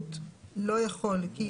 מוגבלות לא יכול לקבל את שירות הבריאות כי